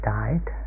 died